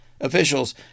Officials